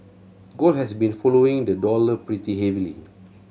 gold has been following the dollar pretty heavily